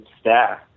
staff